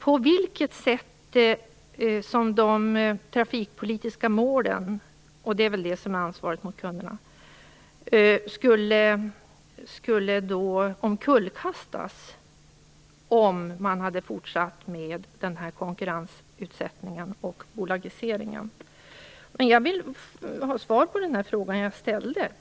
På vilket sätt skulle de trafikpolitiska målen - det är väl ansvaret mot kunderna - omkullkastas om man hade fortsatt med konkurrensutsättningen och bolagiseringen? Jag vill ha svar på den fråga jag ställde.